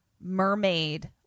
mermaid